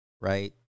right